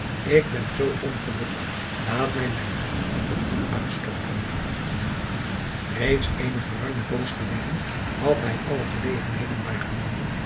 ik ben zoo ongelukkig laat mij mijn hart voor u uitstorten eeds eene geruime poos geleden had hij alle gelegenheden waargenomen